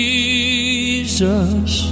Jesus